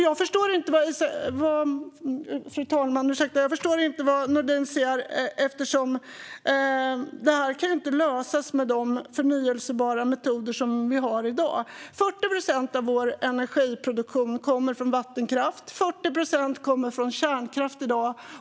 Jag förstår inte vad det är Rickard Nordin ser, fru talman. Detta kan ju inte lösas med de förnybara metoder vi har i dag. 40 procent av vår energiproduktion kommer i dag från vattenkraft. 40 procent kommer från kärnkraft.